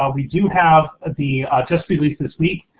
ah we do have the just released this week,